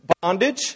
bondage